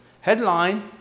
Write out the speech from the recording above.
Headline